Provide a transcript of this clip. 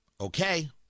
okay